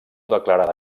declarada